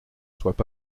soient